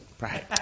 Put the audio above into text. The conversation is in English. Right